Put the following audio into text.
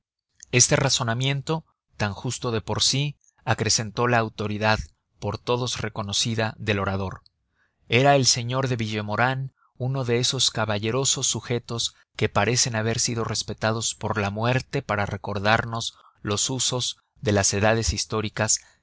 este razonamiento tan justo de por sí acrecentó la autoridad por todos reconocida del orador era el señor de villemaurin uno de esos caballerosos sujetos que parecen haber sido respetados por la muerte para recordarnos los usos de las edades históricas